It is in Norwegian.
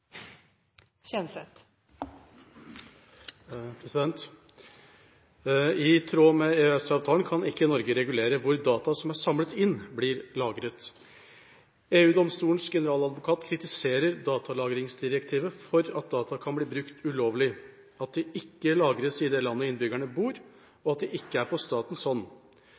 samlet inn, blir lagret. EU-domstolens generaladvokat kritiserer datalagringsdirektivet for at data kan bli brukt ulovlig, at de ikke lagres i det landet innbyggerne bor, og at de ikke er på